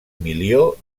milió